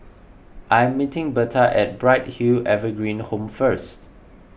I am meeting Bertha at Bright Hill Evergreen Home first